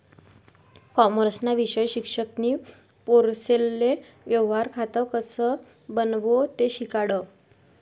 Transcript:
कॉमर्सना विषय शिक्षक नी पोरेसले व्यवहार खातं कसं बनावो ते शिकाडं